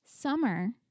Summer